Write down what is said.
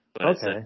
Okay